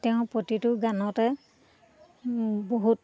তেওঁৰ প্ৰতিটো গানতে বহুত